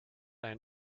einen